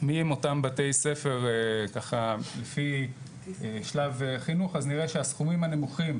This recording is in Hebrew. מי הם אותם בתי ספר ככה לפי שלב חינוך אז נראה שהסכומים הנמוכים,